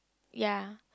ya